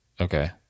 Okay